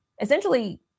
essentially